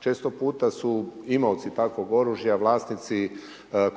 Često puta su imaoci takvog oružja vlasnici